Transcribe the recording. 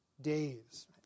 days